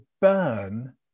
burn